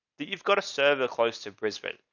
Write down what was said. that you've got to serve or close to brisbane,